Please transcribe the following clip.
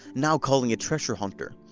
now calling it treasure hunter.